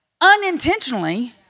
unintentionally